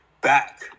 back